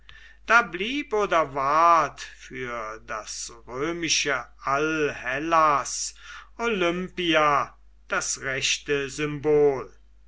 da blieb oder ward für das römische allhellas olympia das rechte symbol